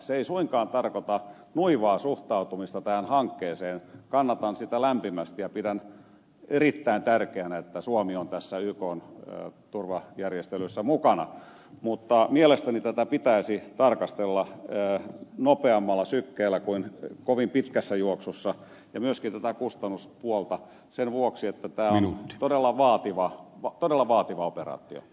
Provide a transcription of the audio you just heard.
se ei suinkaan tarkoita nuivaa suhtautumista tähän hankkeeseen kannatan sitä lämpimästi ja pidän erittäin tärkeänä että suomi on näissä ykn turvajärjestelyissä mukana mutta mielestäni tätä pitäisi tarkastella nopeammalla sykkeellä kuin kovin pitkässä juoksussa ja myöskin tätä kustannuspuolta sen vuoksi että tämä on todella vaativa operaatio